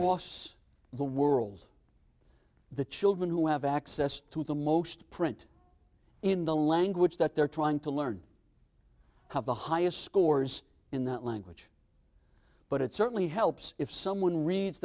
the world the children who have access to the most print in the language that they're trying to learn how the highest scores in that language but it certainly helps if someone reads